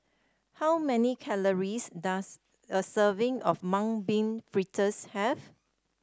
how many calories does a serving of Mung Bean Fritters have